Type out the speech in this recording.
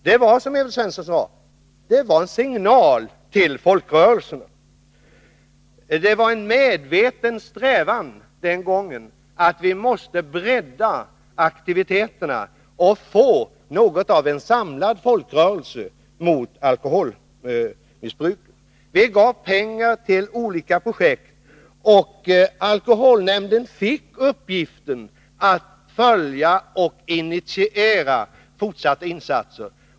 Det var, som Evert Svensson sade, en signal till folkrörelserna. Det var en medveten strävan den gången att bredda aktiviteterna och få något av en samlad folkrörelse mot alkoholmissbruket. Vi gav pengar till olika projekt, och alkoholnämnden fick i uppgift att följa utvecklingen och initiera fortsatta insatser.